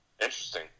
Interesting